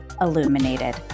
illuminated